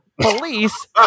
Police